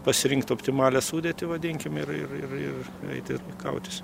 pasirinkt optimalią sudėtį vadinkim ir ir ir ir eiti kautis